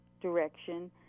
direction